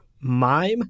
mime